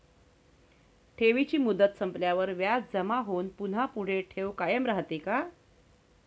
ठेवीची मुदत संपल्यावर व्याज जमा होऊन पुन्हा पुढे ठेव कायम राहते का?